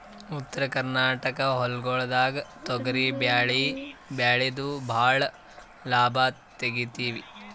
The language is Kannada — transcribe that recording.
ಉತ್ತರ ಕರ್ನಾಟಕ ಹೊಲ್ಗೊಳ್ದಾಗ್ ತೊಗರಿ ಭಾಳ್ ಬೆಳೆದು ಭಾಳ್ ಲಾಭ ತೆಗಿತೀವಿ